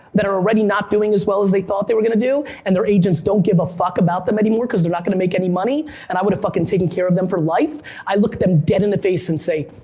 that are already not doing as well as they thought they were gonna do, and their agents don't give a fuck about them anymore, cause they're not gonna make any money, and i would've fucking taken care of them for life. i look at them dead in the face and say,